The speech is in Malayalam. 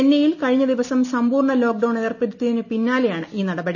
ചെന്നൈയിൽ കഴിഞ്ഞ ദിവസം സമ്പൂർണ്ണ ലോക്ക്ഡൌൺ ഏർപ്പെടുത്തിയതിനു പിന്നാലെയാണ് ഈ നടപടി